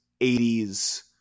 80s